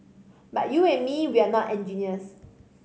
but you and me we're not engineers